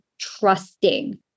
trusting